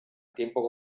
tiempo